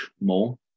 more